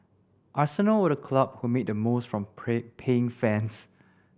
Arsenal were the club who made the most from paying fans